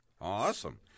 Awesome